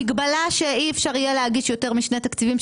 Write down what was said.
מגבלה שאי-אפשר להגיש יותר משני תקציבים,